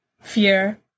fear